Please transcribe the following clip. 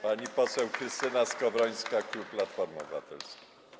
Pani poseł Krystyna Skowrońska, klub Platformy Obywatelskiej.